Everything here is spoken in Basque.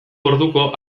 orduko